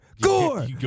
gore